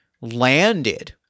landed